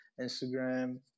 Instagram